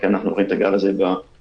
אנחנו רואים את הגל הזה באנגליה,